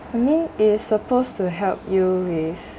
I mean it's supposed to help you with